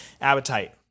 appetite